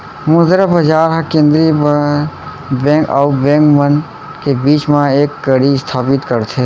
मुद्रा बजार ह केंद्रीय बेंक अउ बेंक मन के बीच म एक कड़ी इस्थापित करथे